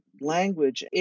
language